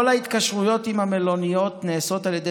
כל ההתקשרויות עם המלוניות נעשות על ידי